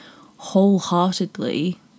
wholeheartedly